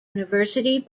university